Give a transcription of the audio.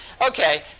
Okay